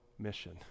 mission